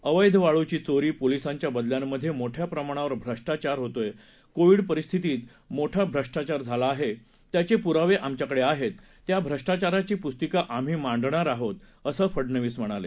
अवैध वाळूची चोरी पोलीसांच्या बदल्यांमध्ये मोठ्या प्रमाणावर भ्रष्टाचार होतोय कोविड परिस्थितीत मोठा भ्रष्टाचार झाला आहे त्याचे पुरावे आमच्याकडे आहेत त्या भ्रष्टाचाराची पुस्तिका आम्ही मांडणार आहोत असं फडनवीस म्हणाले